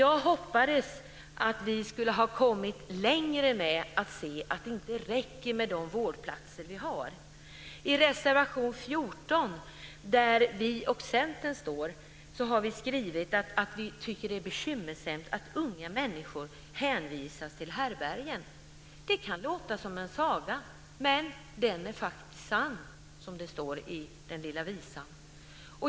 Jag hoppades att vi skulle ha kommit längre med att se att det inte räcker med de vårdplatser vi har. I reservation 14, som vi och Centern står för, har vi skrivit att vi tycker att det är bekymmersamt att unga människor hänvisas till härbärgen. Det kan låta som en saga, men den är faktiskt sann, som det står i den lilla visan.